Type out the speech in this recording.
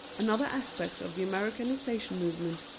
another aspect of the americanization movement,